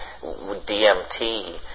DMT